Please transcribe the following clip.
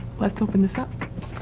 let's open this up